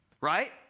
Right